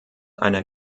einer